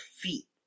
feet